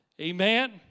Amen